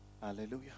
Hallelujah